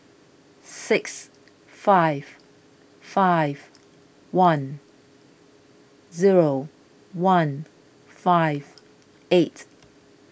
six five five one zero one five eight